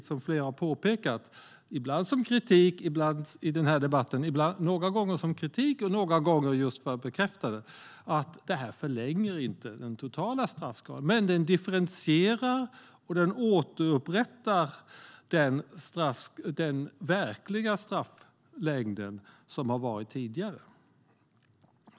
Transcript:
Som flera har påpekat i debatten, några gånger som kritik, förlänger inte detta den totala straffskalan, men det differentierar och återinför den verkliga strafflängd som har varit tidigare.